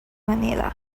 manila